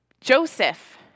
Joseph